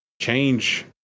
change